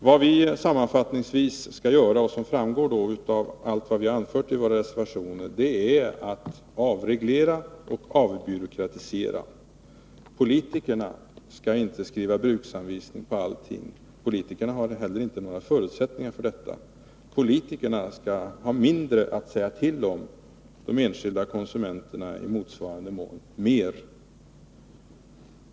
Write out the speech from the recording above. Vad vi sammanfattningsvis skall göra, vilket framgår av våra reservationer, är att avreglera och avbyråkratisera. Politikerna skall inte skriva bruksanvisningar för allting, politikerna har inte heller några förutsättningar för detta. Politikerna skall ha mindre att säga till om. De enskilda konsumenterna skall i motsvarande mån har mer att säga till om.